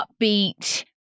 upbeat